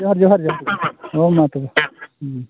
ᱡᱚᱦᱟᱨ ᱡᱚᱦᱟᱨ ᱦᱳᱭᱢᱟ ᱛᱚᱵᱮ ᱦᱮᱸ